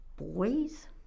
boys